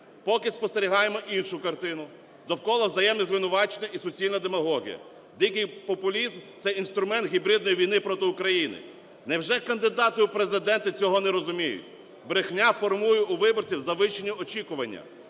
Поки спостерігаємо іншу картину: довкола взаємні звинувачення і суцільна демагогія, дикий популізм – це інструмент гібридної війни проти України. Невже кандидати у президенти цього не розуміють? Брехня формує у виборців завищені очікування,